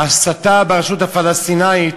ההסתה ברשות הפלסטינית